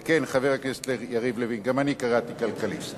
כן, חבר הכנסת יריב לוין, גם אני קראתי "כלכליסט".